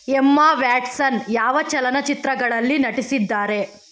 ಎಮ್ಮ Watson ಯಾವ ಚಲನಚಿತ್ರಗಳಲ್ಲಿ ನಟಿಸಿದ್ದಾರೆ